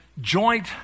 joint